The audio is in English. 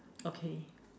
okay